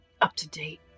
up-to-date